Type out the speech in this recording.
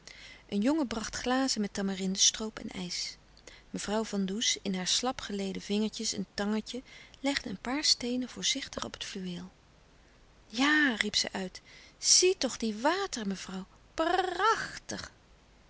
een jongen bracht glazen met tamarinde stroop en ijs mevrouw van does in haar slapgeleede vingertjes een tangetje legde een paar steenen voorzichtig op het fluweel ja riep zij uit zie toch die water mevrouw